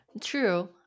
true